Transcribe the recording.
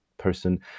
person